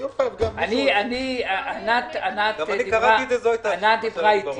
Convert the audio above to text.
ענת דיברה איתי.